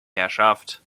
herrschaft